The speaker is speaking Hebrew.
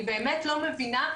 אני באמת לא מבינה.